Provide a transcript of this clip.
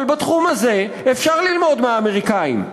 אבל בתחום הזה אפשר ללמוד מהאמריקנים.